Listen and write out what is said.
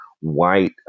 white